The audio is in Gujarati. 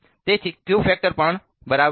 તેથી Q ફેક્ટર પણ બહાર આવે છે